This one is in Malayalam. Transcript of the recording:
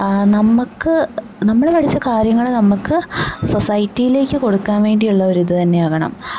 നമുക്ക് നമ്മള് പഠിച്ച കാര്യങ്ങള് നമുക്ക് സൊസൈറ്റിയിലേക്ക് കൊടുക്കാൻ വേണ്ടിയുള്ള ഒരിത് തന്നെയാവണം